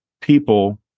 people